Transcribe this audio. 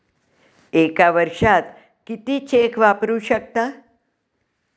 एका वर्षात किती चेक वापरू शकता?